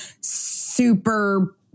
super